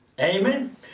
Amen